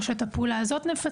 או שנפצל את הפעולה הזו.